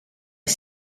est